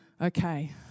Okay